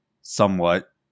somewhat